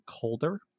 colder